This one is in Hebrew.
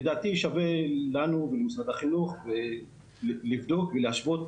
לדעתי שווה לנו ולמשרד החינוך לבדוק ולהשוות